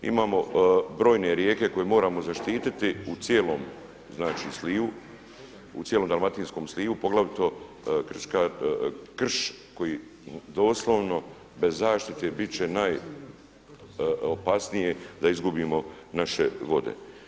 Imamo brojne rijeke koje moramo zaštititi u cijelom znači slivu, u cijelom dalmatinskom slivu, poglavito krš koji doslovno bez zaštite biti će najopasnije da izgubimo naše vode.